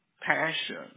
passion